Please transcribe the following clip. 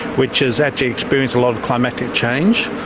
which has actually experienced a lot of climactic change.